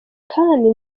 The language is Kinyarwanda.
kandi